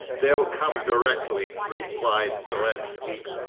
they'll come directly replied beletski.